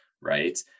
right